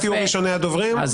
אתם תהיו ראשוני הדוברים,